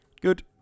good